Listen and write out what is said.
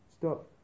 stop